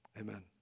amen